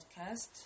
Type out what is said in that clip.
podcast